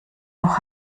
noch